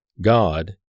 God